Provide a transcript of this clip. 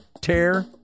Tear